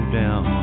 down